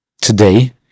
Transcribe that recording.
today